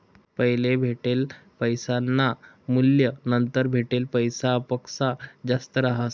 पैले भेटेल पैसासनं मूल्य नंतर भेटेल पैसासपक्सा जास्त रहास